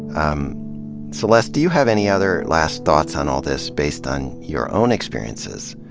um celeste, do you have any other last thoughts on all this, based on your own experiences,